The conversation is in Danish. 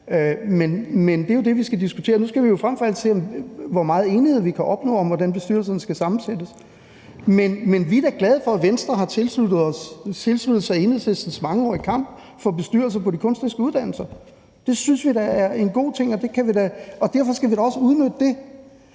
Men det er jo det, vi skal diskutere. Nu skal vi jo frem for alt se, hvor meget enighed vi kan opnå om, hvordan bestyrelserne skal sammensættes. Men vi er da glade for, at Venstre har tilsluttet sig Enhedslistens mangeårige kamp for bestyrelser på de kunstneriske uddannelser. Det synes vi da er en god ting, og derfor skal vi også udnytte det.